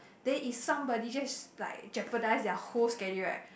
then is somebody just like jeopardise their whole schedule right